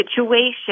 situation